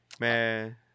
Man